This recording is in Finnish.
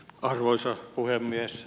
arvoisa puhemies